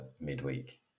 midweek